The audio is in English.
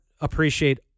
Appreciate